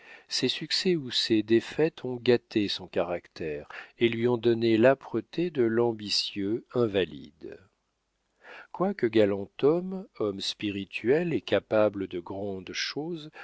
ses succès ou ses défaites ont gâté son caractère et lui ont donné l'âpreté de l'ambitieux invalide quoique galant homme homme spirituel et capable de grandes choses